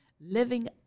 living